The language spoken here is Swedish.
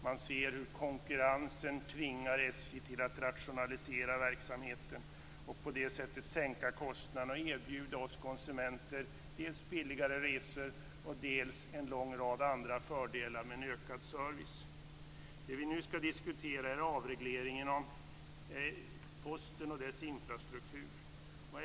Man ser hur konkurrensen tvingar SJ att rationalisera verksamheten och på det sättet sänka kostnaderna och erbjuda oss konsumenter dels billigare resor, dels en lång rad andra fördelar, med en ökad service. Det vi nu skall diskutera är avregleringen av Posten och dess infrastruktur.